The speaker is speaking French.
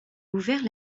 ouvert